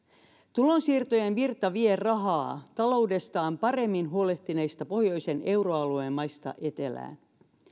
tulonsiirtojen virta vie rahaa taloudestaan paremmin huolehtineista pohjoisen euroalueen maista etelään